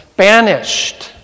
banished